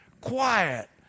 quiet